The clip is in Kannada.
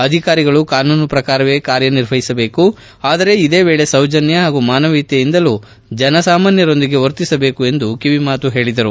ಅಧಿಕಾರಿಗಳು ಕಾನೂನು ಪ್ರಕಾರವೇ ಕಾರ್ಯನಿರ್ವಹಿಸಬೇಕು ಆದರೆ ಇದೇ ವೇಳೆ ಸೌಜನ್ನ ಹಾಗೂ ಮಾನವೀಯತೆಯಿಂದಲೂ ಜನಸಾಮಾನ್ನರೊಂದಿಗೆ ವರ್ತಿಸಬೇಕು ಎಂದು ಕಿವಿಮಾತು ಹೇಳಿದರು